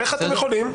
איך אתם יכולים?